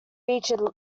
featured